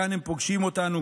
כאן הם פוגשים אותנו,